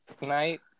tonight